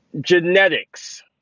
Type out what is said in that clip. genetics